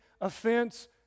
offense